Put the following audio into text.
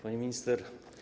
Pani Minister!